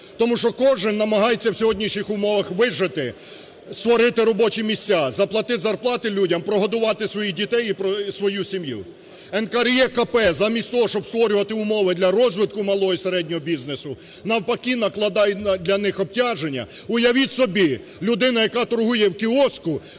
тому що кожен намагається в сьогоднішніх умовах вижити, створити робочі місця, заплатити зарплати людям, прогодувати своїх дітей і свою сім'ю. НКРЕКП замість того, щоб створювати умови для розвитку малого і середнього бізнесу, навпаки, накладають для них обтяження. Уявіть собі, людина, яка торгує в кіоску,